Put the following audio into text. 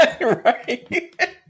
right